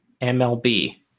MLB